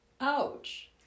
Ouch